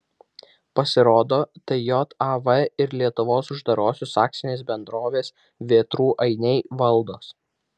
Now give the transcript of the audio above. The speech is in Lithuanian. pasirodo tai jav ir lietuvos uždarosios akcinės bendrovės vėtrų ainiai valdos